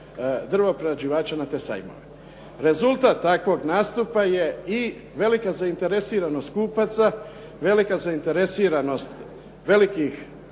drvo prerađivača na te sajmove. Rezultat takvog nastupa je i velika zainteresiranost kupaca, velika zainteresiranost velikih